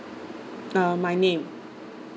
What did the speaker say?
uh my name